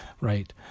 right